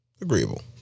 Agreeable